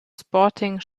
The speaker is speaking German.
sporting